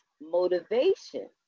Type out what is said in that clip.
motivation